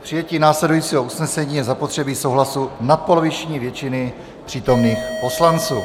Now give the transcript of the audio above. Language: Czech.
K přijetí následujícího usnesení je zapotřebí souhlasu nadpoloviční většiny přítomných poslanců.